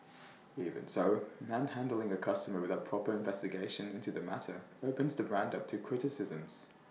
even so manhandling A customer without proper investigation into the matter opens the brand up to criticisms